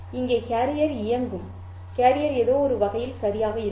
இங்கே கேரியர் இயங்கும் கேரியர் ஏதோவொரு வகையில் சரியாக இருக்கும்